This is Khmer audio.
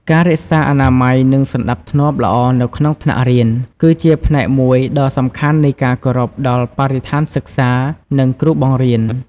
ការរក្សាអនាម័យ និងសណ្ដាប់ធ្នាប់ល្អនៅក្នុងថ្នាក់រៀន គឺជាផ្នែកមួយដ៏សំខាន់នៃការគោរពដល់បរិស្ថានសិក្សា និងគ្រូបង្រៀន។